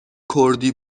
کردی